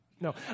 No